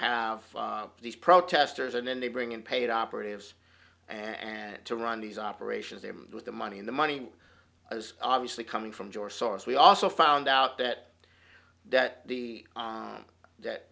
have these protesters and then they bring in paid operatives and to run these operations there with the money and the money was obviously coming from george soros we also found out that that the